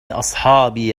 أصحابي